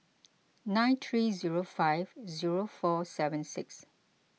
nine three zero five zero four seven six